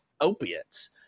opiates